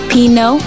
Pino